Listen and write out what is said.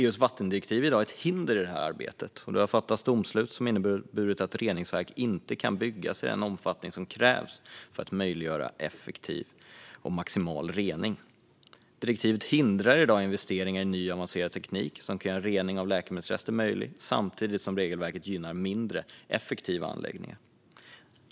EU:s vattendirektiv är i dag ett hinder i det här arbetet, och det har fattats domslut som inneburit att reningsverk inte kan byggas i den omfattning som krävs för att möjliggöra effektiv och maximal rening. Direktivet hindrar i dag investeringar i ny avancerad teknik som kan göra rening av läkemedelsrester möjlig samtidigt som regelverket gynnar mindre effektiva anläggningar.